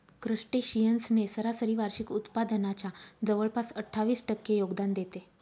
crustaceans ने सरासरी वार्षिक उत्पादनाच्या जवळपास अठ्ठावीस टक्के योगदान देते